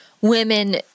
women